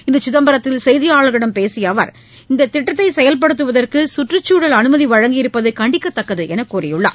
இன்று சிதம்பரத்தில் செய்தியாளர்களிடம் பேசிய அவர் இந்த திட்டத்தை செயல்படுத்துவதற்கு சுற்றுச்சூழல் அனுமதி வழங்கியிருப்பது கண்டிக்கத்தக்கது என்று தெரிவித்துள்ளார்